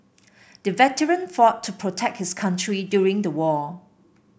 the veteran fought to protect his country during the war